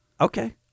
Okay